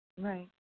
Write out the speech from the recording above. right